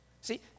See